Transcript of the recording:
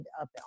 up